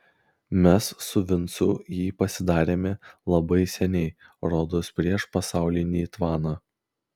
mes su vincu jį pasidarėme labai seniai rodos prieš pasaulinį tvaną